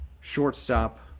shortstop